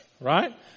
right